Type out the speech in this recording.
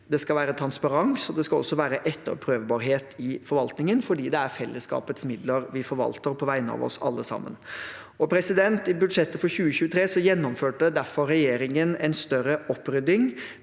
det skal også være etterprøvbarhet i forvaltningen, for det er fellesskapets midler vi forvalter på vegne av oss alle sammen. I budsjettet for 2023 gjennomførte derfor regjeringen en større opprydding,